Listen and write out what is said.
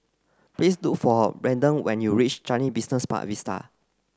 please look for Braeden when you reach Changi Business Park Vista